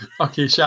Okay